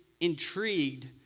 intrigued